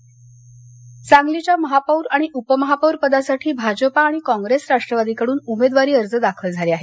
निवडणक सांगली सांगलीच्या महापौर आणि उपमहापौर पदासाठी भाजपा आणि काँप्रेस राष्ट्रवादीकडून उमेदवारी अर्ज दाखल झाले आहेत